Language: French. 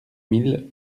mille